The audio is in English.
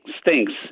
stinks